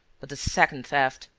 but the second theft.